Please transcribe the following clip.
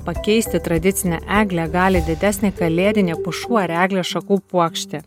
pakeisti tradicinę eglę gali didesnė kalėdinė pušų ar eglės šakų puokštė